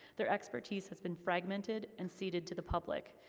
their expertise has been fragmented and seeded to the public,